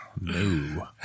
No